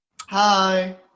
Hi